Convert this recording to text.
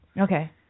Okay